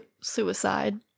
suicide